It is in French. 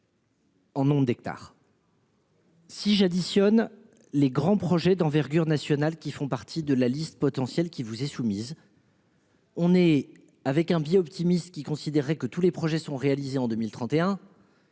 En nombre d'hectares. Si j'additionne les grands projets d'envergure nationale qui font partie de la liste potentielle qui vous est soumise. On est avec un biais optimiste qui considérait que tous les projets sont réalisés en 2031.